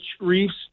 reefs